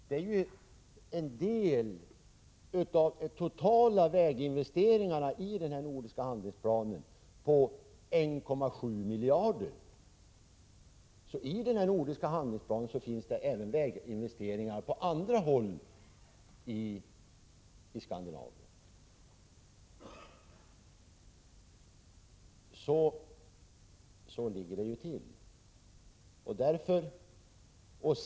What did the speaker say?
De totala väginvesteringarna i den nordiska handlingsplanen uppgår till 1,7 miljarder. Den nordiska handlingsplanen innehåller även väginvesteringar på andra håll i Skandinavien. Så ligger det till.